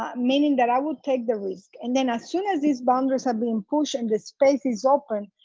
um meaning that i would take the risk. and then as soon as these boundaries have been pushed and the spaces opened,